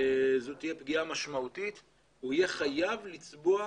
זו תהיה פגיעה משמעותית והוא יהיה חייב לצבוע